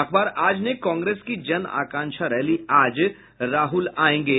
अखबार आज लिखता है कांग्रेस की जन आकांक्षा रैली आज राहुल आयेंगे